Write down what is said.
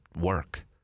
work